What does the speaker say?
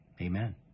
Amen